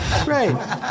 Great